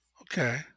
Okay